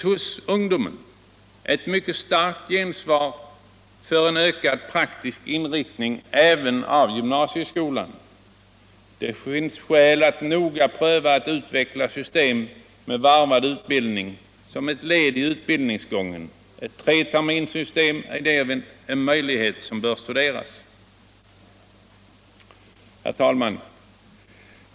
Hos ungdomen finns et mycket starkt gensvar för en ökad praktisk inriktning även av gymnasteskolan. Det är skäl att noga pröva ett utvecklat system med varvad utbildning som e led i utbildningsgangen. Eu treterminssystem är därvid en möjlighet som bör studeras. Herr tälman!